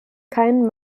keinen